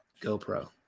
GoPro